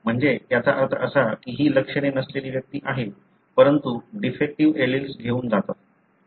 म्हणजे याचा अर्थ असा की ही लक्षणे नसलेली व्यक्ती आहेत परंतु डिफेक्टीव्ह एलील्स घेऊन जातात